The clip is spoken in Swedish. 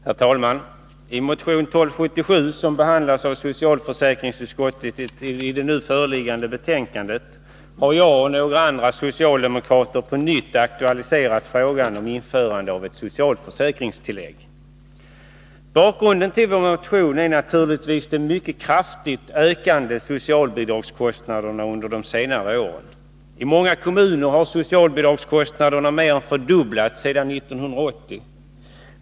Herr talman! I motion 1277, som behandlas av socialförsäkringsutskottet i det nu föreliggande betänkandet, har jag och några andra socialdemokrater på nytt aktualiserat frågan om införandet av ett socialförsäkringstillägg. Bakgrunden till vår motion är naturligtvis de under de senare åren mycket kraftigt ökande socialbidragskostnaderna. I många kommuner har socialbidragskostnaderna mer än fördubblats sedan 1980.